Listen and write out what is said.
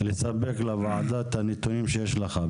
לספק לוועדה את הנתונים שיש לך.